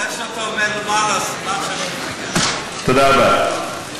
זה שאתה אומר, סימן שאני, תודה רבה.